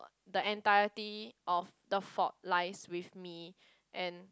the entirety of the fault lies with me and